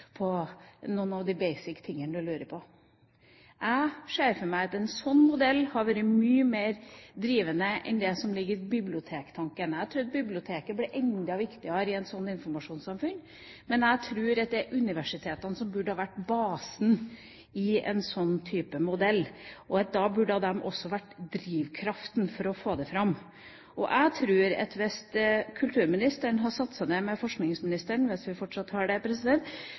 på noen av de basistingene man lurer på – jeg ser for meg at en slik modell hadde vært mye mer drivende enn det som ligger i bibliotektanken. Jeg tror bibliotekene blir enda viktigere i et slikt informasjonssamfunn, men jeg tror at det er universitetene som burde være basen i en slik modell. Da burde de også vært drivkraften for å få det fram. Jeg tror at hvis kulturministeren hadde satt seg ned med forskningsministeren – hvis vi fortsatt har det